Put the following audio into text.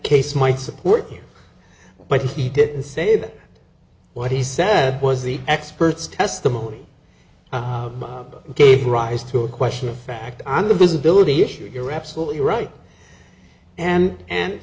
case might support but he didn't say that what he said was the experts testimony gave rise to a question of fact on the visibility issue you're absolutely right and and